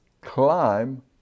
climb